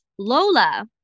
lola